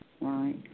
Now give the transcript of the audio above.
right